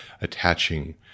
attaching